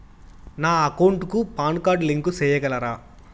నా అకౌంట్ కు PAN card link సేయగలరా?